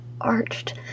arched